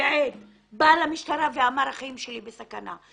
כעד, בא למשטרה ואמר שהחיים שלו בסכנה.